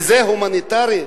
וזה הומניטרי?